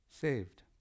saved